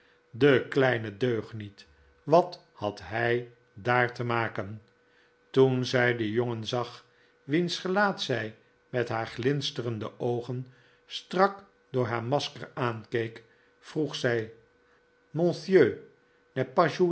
de kleine deugniet wat had hij daar te maken toen zij den jongen zag wiens gelaat zij met haar glinsterende oogen strak door haar masker aankeek vroeg zij